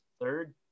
third